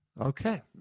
Okay